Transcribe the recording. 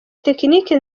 tekinike